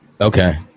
Okay